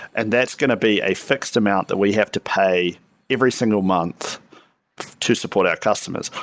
and that's going to be a fixed amount that we have to pay every single month to support our customers.